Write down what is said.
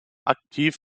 aktiv